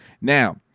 Now